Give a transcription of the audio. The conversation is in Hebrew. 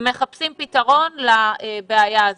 מחפשים פתרון לבעיה הזו.